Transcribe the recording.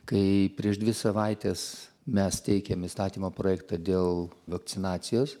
kai prieš dvi savaites mes teikėm įstatymo projektą dėl vakcinacijos